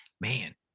Man